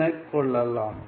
எனக் கொள்ளலாம்